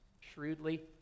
shrewdly